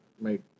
make